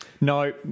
No